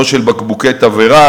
לא של בקבוקי תבערה,